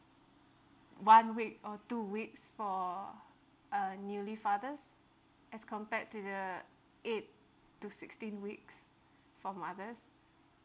one week or two weeks for a newly fathers as compared to the eight to sixteen weeks for mothers